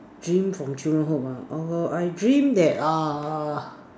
dream from children hood ah err I dream that uh